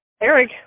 Eric